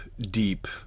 deep